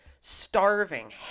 starving